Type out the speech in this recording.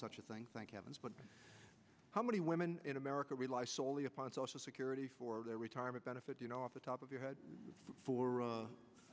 such a thing thank heavens but how many women in america rely solely upon social security for their retirement benefits you know off the top of your head for